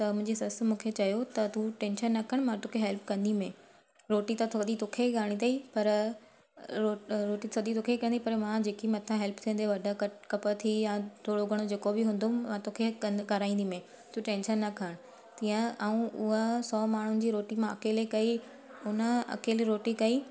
त मुंहिंजी ससु मुखे चयो त तू टेंशन न खण मां तोखे हेल्प कंदी में रोटी त थोरी तोखे ई करणी अथई पर रो रोटी सॼी तोखे ई करणी पर मां जेकी मथा हेल्प थींदी वॾा कट कप थी या थोरो घणो जेको बि हूंदो मां तोखे कंद कराईंदी मै तू टेंशन न खण ईअं ऐं उहा सौ माण्हुनि जी रोटी मां अकेले कई हुन अकेली रोटी कई